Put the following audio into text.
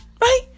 right